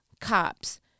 cops